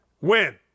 Win